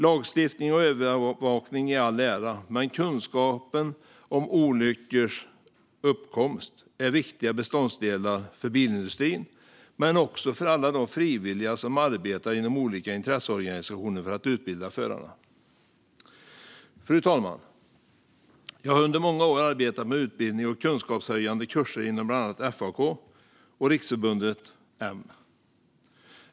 Lagstiftning och övervakning i all ära, men kunskapen om olyckors uppkomst är en viktig beståndsdel både för bilindustrin och för alla de frivilliga som arbetar inom olika intresseorganisationer för att utbilda förarna. Fru talman! Jag har under många år arbetat med utbildning och kunskapshöjande kurser inom bland annat FAK och Riksförbundet M.